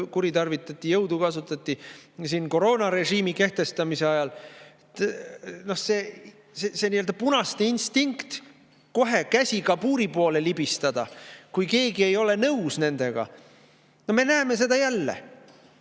kuritarvitati, ja kasutati jõudu koroonarežiimi kehtestamise ajal. See nii-öelda punaste instinkt kohe käsi kabuuri poole libistada, kui keegi ei ole nendega nõus – no me näeme seda jälle.